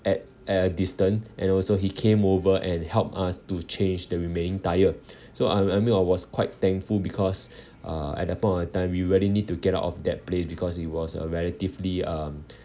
at at a distance and also he came over and help us to change the remaining tyre so I I mean I was quite thankful because uh at that point of time we really need to get out of that place because it was a relatively um